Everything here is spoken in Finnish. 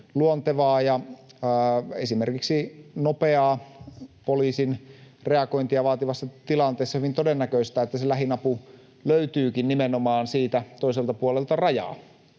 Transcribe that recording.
luontevaa ja esimerkiksi nopeaa poliisin reagointia vaativassa tilanteessa hyvin todennäköistä, että se lähin apu löytyykin nimenomaan toiselta puolelta rajaa.